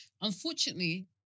Unfortunately